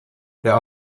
there